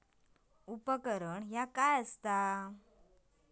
उपकरण काय असता?